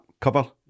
cover